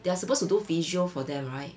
they are supposed to do physio for them [right]